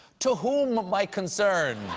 to whom my concern.